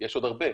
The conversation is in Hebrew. יש עוד הרבה,